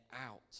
out